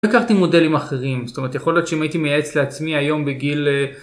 לקחתי מודלים אחרים, זאת אומרת יכול להיות שהם הייתי מייעץ לעצמי היום בגיל